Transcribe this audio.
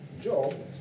job